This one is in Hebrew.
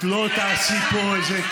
את לא תעשי פה קרקס.